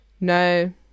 No